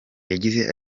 yagize